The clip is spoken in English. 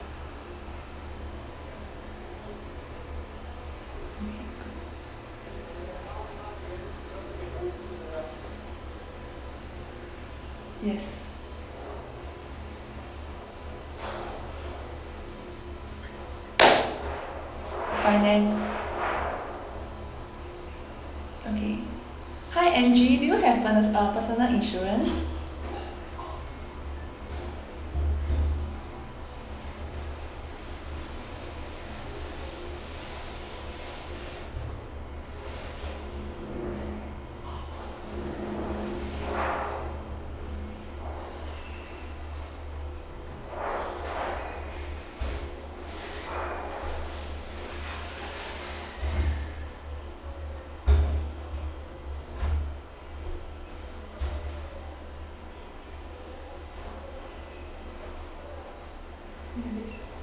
finance okay hi angie do you have per~ uh personal insurance